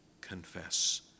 confess